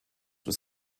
was